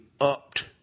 upped